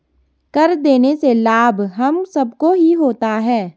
कर देने से लाभ हम सबको ही होता है